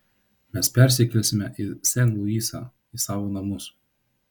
mes persikelsime į sen luisą į savo namus